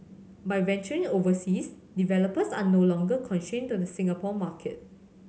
by venturing overseas developers are no longer constrained to the Singapore market